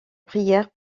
prière